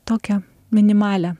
tokią minimalią